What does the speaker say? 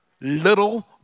Little